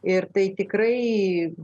ir tai tikrai